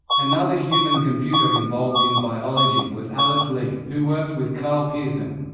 another human computer involved in biology was alice lee, who worked with karl pearson.